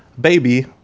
Baby